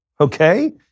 Okay